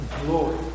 glory